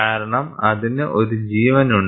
കാരണം അതിന് ഒരു ജീവനുണ്ട്